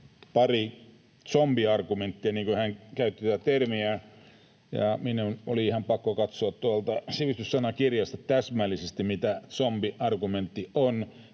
pari zombiargumenttia, niin kuin hän käytti tätä termiä, ja minun oli ihan pakko katsoa sivistyssanakirjasta täsmällisesti, mitä zombiargumentti on,